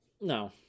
No